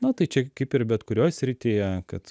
na tai čia kaip ir bet kurioj srityje kad